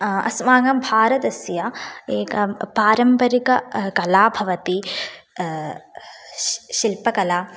अस्माकं भारतस्य एक पारम्परिक कला भवति शिल्पकला